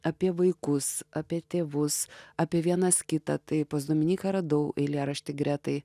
apie vaikus apie tėvus apie vienas kitą tai pas dominyką radau eilėraštį gretai